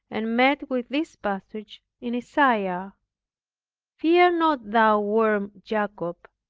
and met with this passage in isaiah, fear not thou worm jacob,